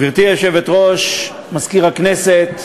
גברתי היושבת-ראש, מזכיר הכנסת,